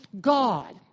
God